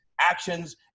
actions